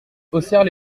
haussèrent